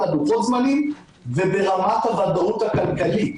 לוחות הזמנים וברמת הוודאות הכלכלית.